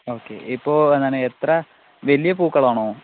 okay ഇപ്പോൾ എന്താണ് എത്ര വലിയ പൂക്കൾ ആണോ